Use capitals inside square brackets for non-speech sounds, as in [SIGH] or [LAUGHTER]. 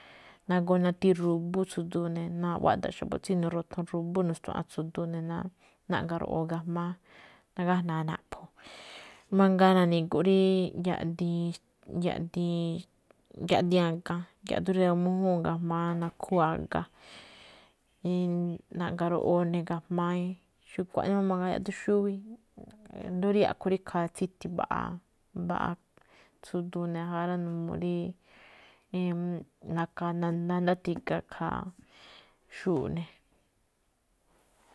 Nagoo nati ru̱bú tsu̱du̱u̱ ne̱, na wada̱ꞌ xa̱bo̱ tsí na̱ru̱thon ru̱bú nu̱stua̱ꞌa̱n tsu̱du̱u̱ ne̱ ná, naꞌga̱ ro̱ꞌoo ne̱ ga̱jma̱á, nagajna̱a̱ ne̱ naꞌpho̱. Mangaa na̱ni̱gu̱ꞌ rí yaꞌdiin, yaꞌdiin [HESITATION] yaꞌdiin a̱ga, yaduun rí na̱gu̱ma mújúun ga̱jma̱á [NOISE] nakhúu a̱ga. [HESITATION] naꞌga̱ roꞌoo ne̱ ga̱jma̱á. Xkuaꞌnii máꞌ ga̱jma̱á yaꞌduun xúwí, i̱ndo̱ó rí a̱ꞌkhue̱n tsíti mbaꞌa, mbaꞌa tsu̱du̱u̱ ne̱ ja rá. N [HESITATION] uu rí [HESITATION] nandáti̱ga̱ ikhaa xu̱u̱ꞌ ne̱.